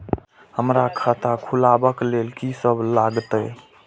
हमरा खाता खुलाबक लेल की सब लागतै?